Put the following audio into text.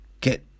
get